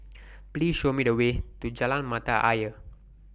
Please Show Me The Way to Jalan Mata Ayer